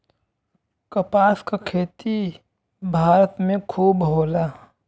कपास क खेती भारत में खूब होला